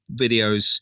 videos